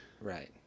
Right